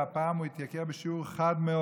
והפעם הוא התייקר בשיעור חד מאוד.